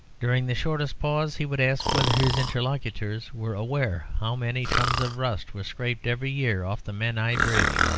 during the shortest pause he would ask whether his interlocutors were aware how many tons of rust were scraped every year off the menai bridge,